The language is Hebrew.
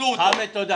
לכן --- חמד תודה.